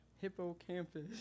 Hippocampus